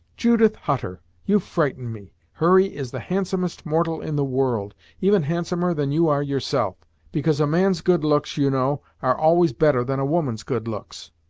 judith hutter! you frighten me. hurry is the handsomest mortal in the world even handsomer than you are yourself because a man's good looks, you know, are always better than a woman's good looks.